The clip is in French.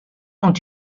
ont